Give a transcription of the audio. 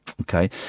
okay